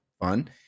fun